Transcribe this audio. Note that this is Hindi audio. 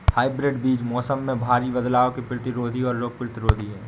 हाइब्रिड बीज मौसम में भारी बदलाव के प्रतिरोधी और रोग प्रतिरोधी हैं